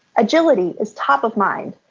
agility is top of mind.